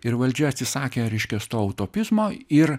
ir valdžia atsisakė reiškias to utopizmo ir